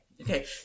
Okay